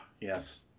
yes